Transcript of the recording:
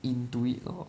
into it lor